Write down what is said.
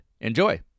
Enjoy